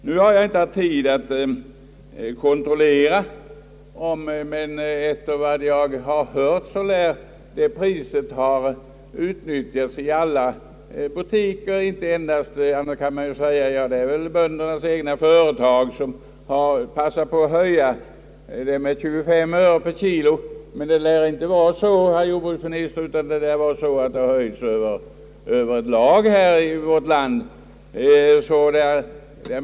Nu har jag inte haft tid att kontrollera den uppgiften, men efter vad jag har hört lär det högre priset ha tagits ut i alla butiker. Man skulle kanske kunna tro att böndernas egna företag passat på att höja priset med 25 öre per kilo, men det lär inte vara så, herr jordbruksminister, utan priset lär ha höjts över lag i landet.